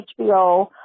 HBO